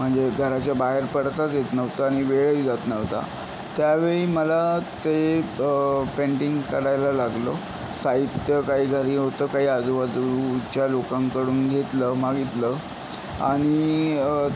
म्हणजे घराच्या बाहेर पडताच येत नव्हतं आणि वेळही जात नव्हता त्यावेळी मला ते पेंटिंग करायला लागलो साहित्य काही घरी होतं काही आजूबाजूच्या लोकांकडून घेतलं मागितलं आणि